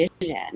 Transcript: vision